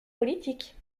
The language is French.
politiques